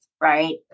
Right